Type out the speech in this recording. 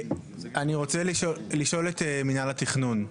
אני רוצה לשאול את מינהל התכנון.